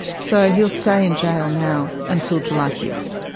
so he'll stay in jail now until july six.